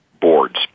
boards